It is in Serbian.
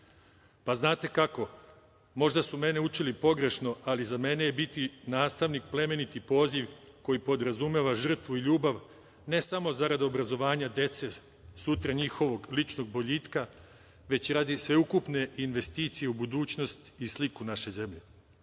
motive. Znate kako, možda su mene učili pogrešno, ali za mene je biti nastavnik plemeniti poziv koji podrazumeva žrtvu i ljubav ne samo zarad obrazovanja dece, sutra njihovog ličnog boljitka, već i radi sveukupne investicije u budućnost i sliku naše zemlje,